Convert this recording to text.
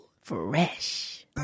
Fresh